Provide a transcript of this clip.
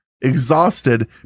exhausted